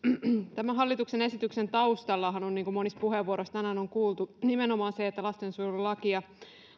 tämän hallituksen esityksen taustallahan on niin kuin monissa puheenvuoroissa tänään on kuultu nimenomaan se että lastensuojelulakia